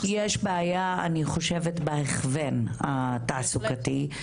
--- אני חושבת שיש בעיה בהכוון התעסוקתי.